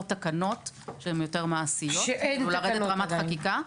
תקנות שהן יותר מעשיות -- ואין תקנות עדיין?